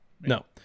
No